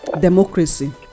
democracy